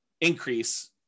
increase